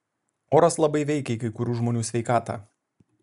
oras labai veikia į kai kurių žmonių sveikatą